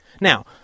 Now